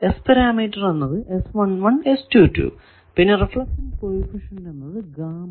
S parameter എന്നത് പിന്നെ reflection coefficient എന്നത് ഗാമ